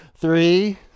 Three